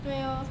对咯